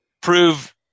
prove